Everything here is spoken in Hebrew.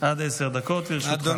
עד עשר דקות לרשותך.